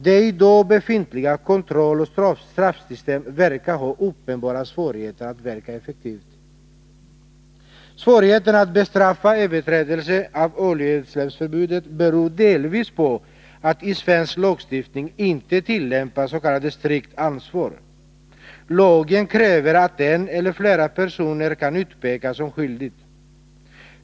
Det i dag befintliga kontrolloch straffsystemet verkar ha uppenbara svårigheter att fungera effektivt. Svårigheterna att bestraffa överträdelser av oljeutsläppsförbudet beror delvis på att man i svensk lagstiftning inte tillämpar s.k. strikt ansvar. Lagen kräver att en eller flera personer kan utpekas som skyldiga.